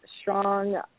strong